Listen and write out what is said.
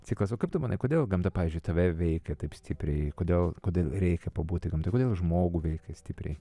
ciklas o kaip tu manai kodėl gamta pavyzdžiui tave veikia taip stipriai kodėl kodėl reikia pabūti gamtoje kodėl žmogų veikia stipriai